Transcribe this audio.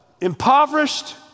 impoverished